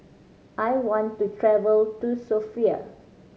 I want to travel to Sofia